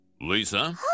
Lisa